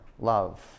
love